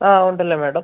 ആ ഉണ്ടല്ലോ മാഡം